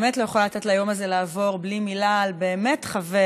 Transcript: אני באמת לא יכולה לתת ליום הזה לעבור בלי מילה על באמת חבר,